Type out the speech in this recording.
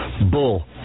Bull